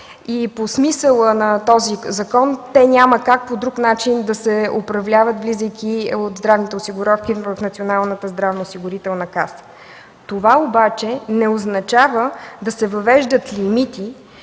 и по смисъла на този закон те няма как по друг начин да се управляват, влизайки от здравните осигуровки в НЗОК. Това обаче не означава да се въвеждат лимити,